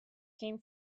came